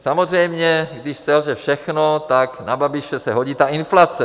Samozřejmě, když selže všechno, tak na Babiše se hodí inflace.